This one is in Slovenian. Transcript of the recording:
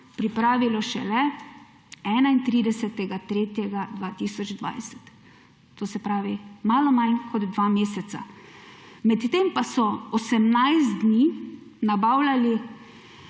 pripravilo šele 31. 3. 2020, to se pravi malo manj kot dva meseca. Med tem pa so 18 dni prej nabavili